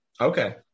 Okay